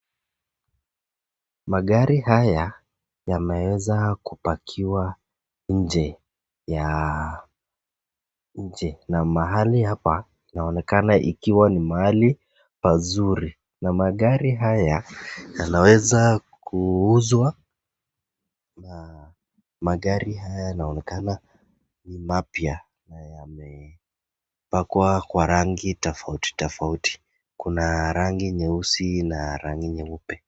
Magari haya yameweza kupakiwa nje . Na mahali hapa inaonekana ikiwa ni mahali pazuri na magari haya yanaweza kuuzwa na magari haya yanaonekana ni mapya na yamepakwa kwa rangi tofauti tofauti. Kuna rangi nyeusi na rangi nyeupe.